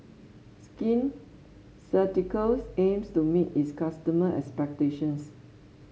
Skin Ceuticals aims to meet its customer expectations